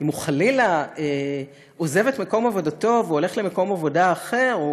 אם הוא חלילה עוזב את מקום עבודתו והולך למקום עבודה אחר,